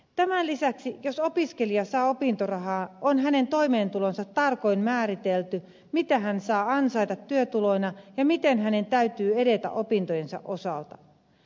tämän lisäksi jos opiskelija saa opintorahaa on hänen toimeentulonsa tarkoin määritelty mitä hän saa ansaita työtuloina ja miten hänen täytyy edetä opintojensa osalta